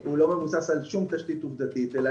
הוא לא מבוסס על שום תשתית עובדתית אלא